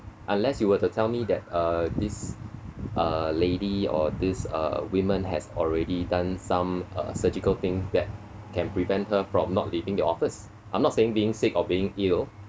unless you were to tell me that uh this uh lady or this uh women has already done some uh surgical thing that can prevent her from not leaving the office I'm not saying being sick or being ill